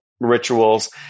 rituals